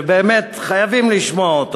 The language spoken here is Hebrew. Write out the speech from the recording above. שבאמת חייבים לשמוע אותו.